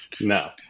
No